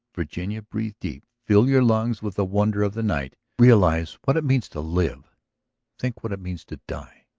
virginia, breathe deep, fill your lungs with the wonder of the night realize what it means to live think what it means to die!